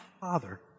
father